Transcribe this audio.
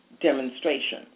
demonstration